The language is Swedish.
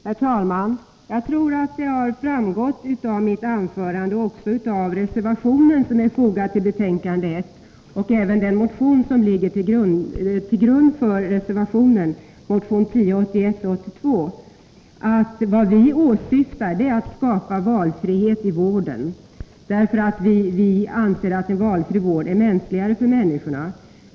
Herr talman! Jag tror att det har framgått av mitt anförande, av den moderata reservation som är fogad är till betänkande 1 och även av den motion som ligger till grund för reservationen, nämligen motion 1982/ 83:1082, att vad vi åsyftar är att skapa valfrihet i vården, eftersom vi anser att en valfri vård är mänskligare för människorna.